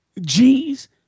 G's